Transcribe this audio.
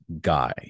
guy